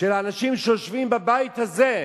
של אנשים היושבים בבית הזה,